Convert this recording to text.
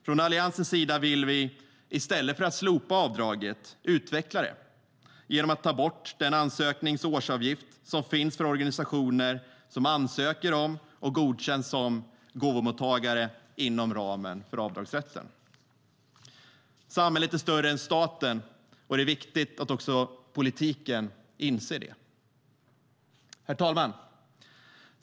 Från Alliansens sida vill vi, i stället för att slopa avdraget, utveckla det genom att ta bort den ansöknings och årsavgift som finns för organisationer som ansöker om och godkänns som gåvomottagare inom ramen för avdragsrätten. Samhället är större än staten, och det är viktigt att också politiken inser det. Herr talman!